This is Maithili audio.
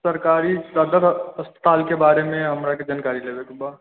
सरकारी सदर अस्पताल के बारे मे हमरा के जानकारी लेबै के बा